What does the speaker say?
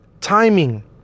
timing